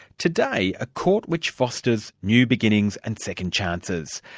today, a court which fosters new beginnings and second chances.